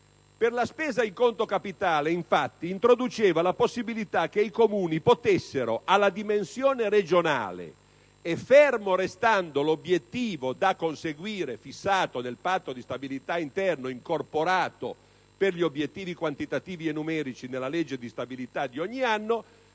Per la spesa in conto capitale, infatti, quel testo introduceva la possibilità che i Comuni potessero, alla dimensione regionale e fermo restando l'obiettivo da conseguire, fissato nel Patto di stabilità interno e incorporato per gli obiettivi quantitativi e numerici nella legge di stabilità di ogni anno,